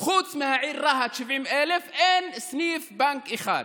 חוץ מהעיר רהט, 70,000, ואין סניף בנק אחד,